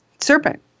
serpent